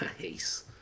Nice